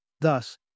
Thus